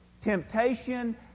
Temptation